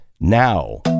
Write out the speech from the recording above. now